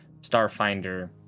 Starfinder